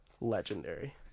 legendary